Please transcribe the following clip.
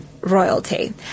royalty